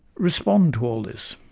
respond to all this?